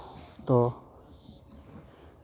ᱛᱚ